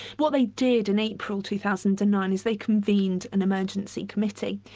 what they did in april two thousand and nine is they convened an emergency committee.